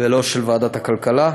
ולא של ועדת הכלכלה.